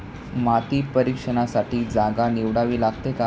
माती परीक्षणासाठी जागा निवडावी लागते का?